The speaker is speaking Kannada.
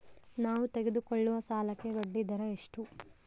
ನಾವು ತೆಗೆದುಕೊಳ್ಳುವ ಸಾಲಕ್ಕೆ ಬಡ್ಡಿದರ ಎಷ್ಟು?